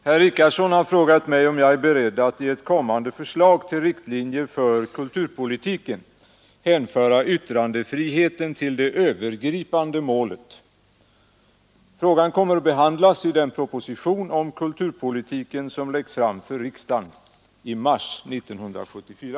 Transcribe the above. Herr talman! Herr Richardson har frågat mig om jag är beredd att i ett kommande förslag till riktlinjer för kulturpolitiken hänföra yttrandefriheten till det övergripande målet. Frågan kommer att behandlas i den proposition om kulturpolitiken som läggs fram för riksdagen i mars 1974.